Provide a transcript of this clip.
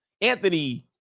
Anthony